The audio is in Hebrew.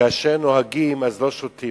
כאשר נוהגים לא שותים.